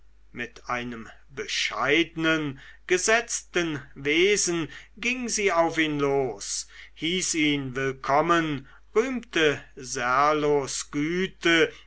mit einem bescheidnen gesetzten wesen ging sie auf ihn los hieß ihn willkommen rühmte serlos güte